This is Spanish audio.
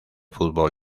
fútbol